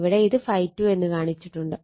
ഇവിടെ ഇത് ∅2 എന്ന് കാണിച്ചിട്ടുണ്ട്